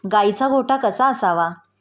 गाईचा गोठा कसा असावा?